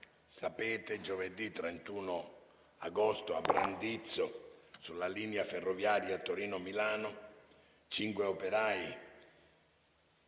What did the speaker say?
sapete, giovedì 31 agosto, a Brandizzo, sulla linea ferroviaria Torino-Milano, cinque operai,